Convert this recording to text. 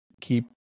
keep